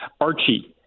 Archie